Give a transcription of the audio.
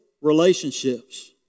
relationships